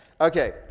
Okay